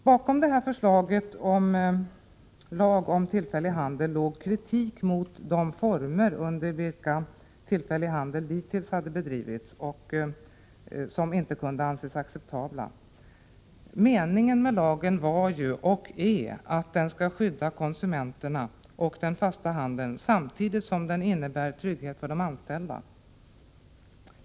Bakom detta förslag om lag om tillfällig handel låg kritik mot de former som tillfällig handel dittills hade bedrivits under och som inte kunde anses acceptabla. Meningen med lagen var ju — och är fortfarande — att den skall skydda konsumenterna och den fasta handeln, samtidigt som den skall ge trygghet för de anställda.